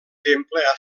temple